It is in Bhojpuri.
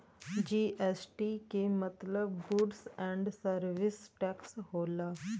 जी.एस.टी के मतलब गुड्स ऐन्ड सरविस टैक्स होला